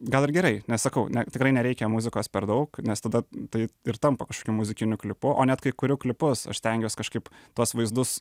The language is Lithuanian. gal ir gerai nes sakau ne tikrai nereikia muzikos per daug nes tada tai ir tampa kažkokiu muzikiniu klipu o net kai kuriu klipus aš stengiuos kažkaip tuos vaizdus